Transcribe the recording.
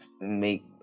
make